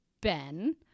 Ben